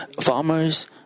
farmers